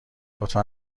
لطفا